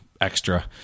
extra